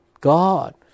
God